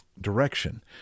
direction